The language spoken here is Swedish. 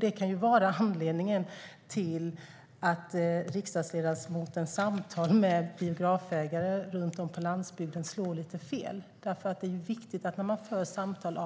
Det kan vara anledningen till att riksdagsledamotens samtal med biografägare runt om på landsbygden slår lite fel. Det är viktigt när man för samtal